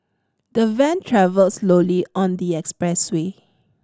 the van travelled slowly on the expressway